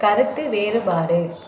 கருத்து வேறுபாடு